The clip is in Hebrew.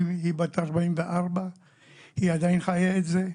היום היא בת 44 והיא עדיין חיה את זה,